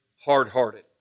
hard-hearted